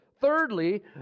Thirdly